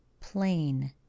plain